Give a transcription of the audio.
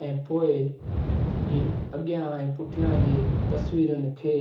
ऐं पोइ जी अॻियां ऐं पुठियां जी तस्वीरुनि खे